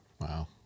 wow